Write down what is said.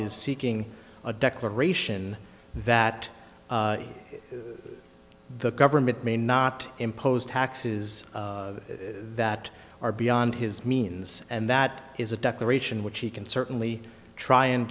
is seeking a declaration that the government may not impose taxes that are beyond his means and that is a declaration which he can certainly try and